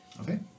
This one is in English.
Okay